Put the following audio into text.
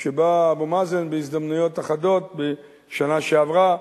שבה אבו מאזן, בהזדמנויות אחדות בשנה שעברה,